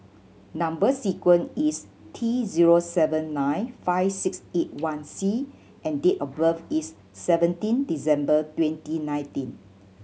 number sequence is T zero seven nine five six eight one C and date of birth is seventeen December twenty nineteen